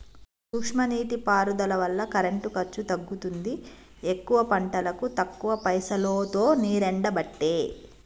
సూక్ష్మ నీటి పారుదల వల్ల కరెంటు ఖర్చు తగ్గుతుంది ఎక్కువ పంటలకు తక్కువ పైసలోతో నీరెండబట్టే